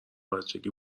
بچگی